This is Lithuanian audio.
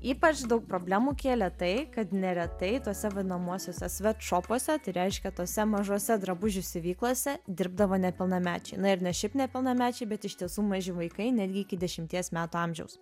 ypač daug problemų kėlė tai kad neretai tuose vadinamuosiuose svetšopuose reiškia tose mažose drabužių siuvyklose dirbdavo nepilnamečiai na ir ne šiaip nepilnamečiai bet iš tiesų maži vaikai netgi iki dešimties metų amžiaus